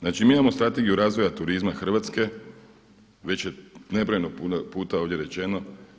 Znači, mi imamo Strategiju razvoja turizma Hrvatske, već je nebrojeno puno puta ovdje rečeno.